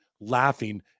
laughing